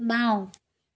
বাওঁ